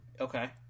Okay